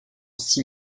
six